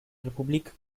republik